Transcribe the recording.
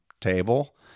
table